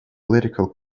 political